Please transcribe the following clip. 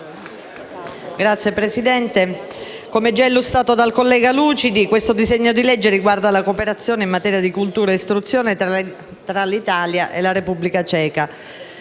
Signora Presidente, come illustrato dal collega Lucidi, il disegno di legge riguarda la cooperazione in materia di cultura e istruzione tra l'Italia e la Repubblica ceca.